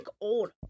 old